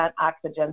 oxygen